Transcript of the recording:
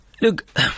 Look